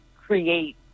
create